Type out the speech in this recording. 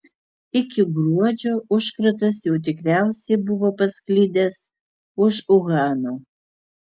iki gruodžio užkratas jau tikriausiai buvo pasklidęs už uhano